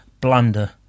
blunder